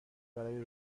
برای